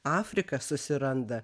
afrika susiranda